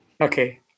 okay